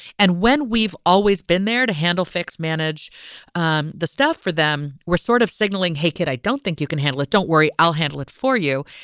and when we've always been there to handle fixed manage um the stuff for them, we're sort of signaling, hey, kid, i don't think you can handle it. don't worry, i'll handle it for you.